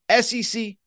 SEC